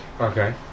okay